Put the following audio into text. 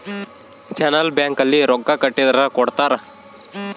challan bank ಅಲ್ಲಿ ರೊಕ್ಕ ಕಟ್ಟಿದರ ಕೋಡ್ತಾರ